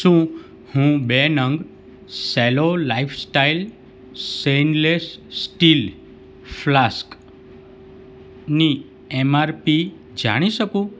શું હું બે નંગ સેલો લાઈફસ્ટાઈલ સેઈનલેસ સ્ટીલ ફ્લાસ્કની એમઆરપી જાણી શકું